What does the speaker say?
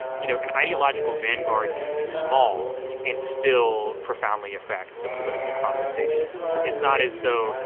you know, an ideological vanguard can be small and still profoundly affect the political conversation. it's not as though,